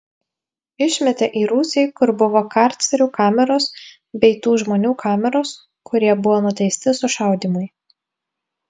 išmetė į rūsį kur buvo karcerių kameros bei tų žmonių kameros kurie buvo nuteisti sušaudymui